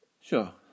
Sure